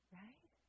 right